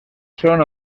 són